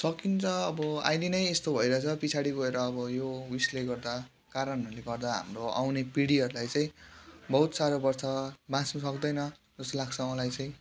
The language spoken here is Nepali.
सकिन्छ अब अहिले नै यस्तो भइरहेको छ पछाडि गएर अब यो उयसले गर्दा कारणहरूले गर्दा हाम्रो आउने पिँढीहरूलाई चाहिँ बहुत साह्रो पर्छ बाँच्नु सक्दैन जस्तो लाग्छ मलाई चाहिँ